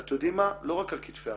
ואתם יודעים מה, לא רק על כתפי הרשות,